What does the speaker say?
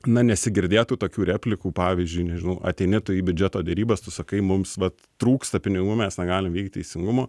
na nesigirdėtų tokių replikų pavyzdžiui nežinau ateini tu į biudžeto derybas tu sakai mums vat trūksta pinigų mes negalim vykdyt teisingumo